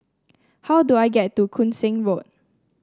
how do I get to Koon Seng Road